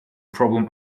problem